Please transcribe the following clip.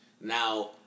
Now